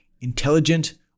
intelligent